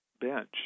bench